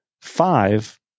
five